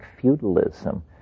feudalism